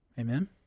Amen